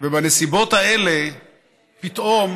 בנסיבות האלה פתאום